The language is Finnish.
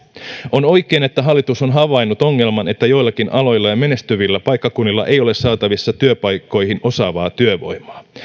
on oikein että hallitus on havainnut ongelman että joillakin aloilla ja menestyvillä paikkakunnilla ei ole saatavissa työpaikkoihin osaavaa työvoimaa